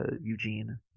Eugene